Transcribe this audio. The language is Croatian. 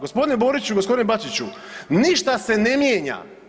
Gospodine Boriću i gospodine Bačiću, ništa se ne mijenja.